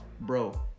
bro